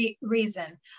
reason